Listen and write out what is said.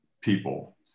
people